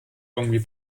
irgendwie